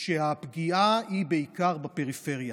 שהפגיעה היא בעיקר בפריפריה.